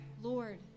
Lord